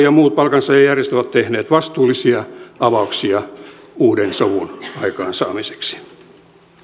ja muut palkansaajajärjestöt ovat tehneet vastuullisia avauksia uuden sovun aikaansaamiseksi